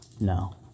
No